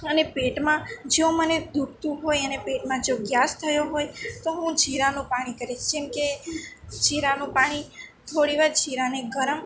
અને પેટમાં જો મને દુખતું હોય અને પેટમાં જો ગેસ થયો હોય તો હું જીરાનું પાણી કરીશ જેમકે જીરાનું પાણી થોડીવાર જીરાને ગરમ